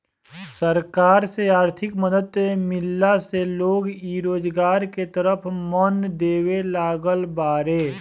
सरकार से आर्थिक मदद मिलला से लोग इ रोजगार के तरफ मन देबे लागल बाड़ें